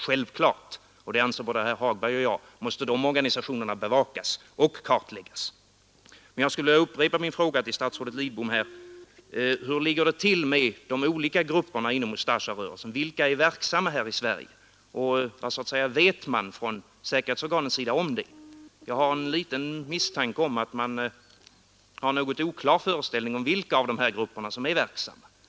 Självfallet — det anser både herr Hagberg och jag — måste de organisationerna bevakas och kartläggas. Men jag skulle vilja upprepa min fråga till statsrådet Lidbom: Hur ligger det till med de olika grupperna inom Ustasjarörelsen? Vilka är verksamma här i landet? Vet man från säkerhetsorganets sida om detta? Jag har en liten misstanke om att man har en något oklar föreställning om vilka av de här grupperna som är verksamma.